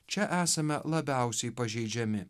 čia esame labiausiai pažeidžiami